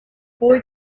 boy